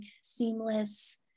seamless